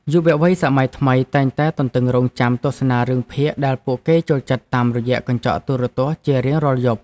យុវវ័យសម័យថ្មីតែងតែទន្ទឹងរង់ចាំទស្សនារឿងភាគដែលពួកគេចូលចិត្តតាមរយៈកញ្ចក់ទូរទស្សន៍ជារៀងរាល់យប់។